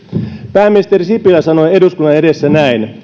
pääministeri sipilä sanoi eduskunnan edessä näin